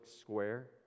square